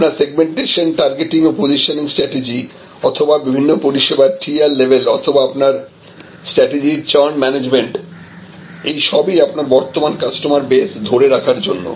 আপনার segmentation targeting ও positioning strategy অথবা বিভিন্ন পরিষেবার টিয়ার লেভেল অথবা আপনার স্ট্র্যাটেজির চার্ন ম্যানেজমন্ট এই সবই আপনার বর্তমান কাস্টমার বেস ধরে রাখার জন্য